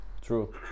True